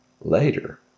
Later